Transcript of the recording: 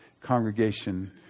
congregation